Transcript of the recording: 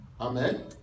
Amen